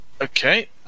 okay